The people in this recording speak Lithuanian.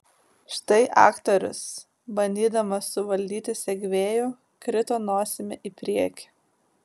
štai aktorius bandydamas suvaldyti segvėjų krito nosimi į priekį